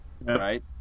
Right